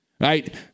right